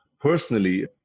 personally